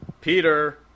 Peter